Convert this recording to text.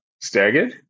staggered